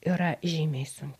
yra žymiai sun